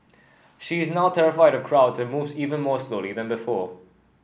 she is now terrified of crowds and moves even more slowly than before